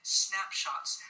snapshots